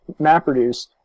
MapReduce